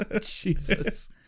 Jesus